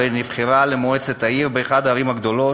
ונבחרה למועצת העיר באחת הערים הגדולות,